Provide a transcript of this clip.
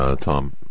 Tom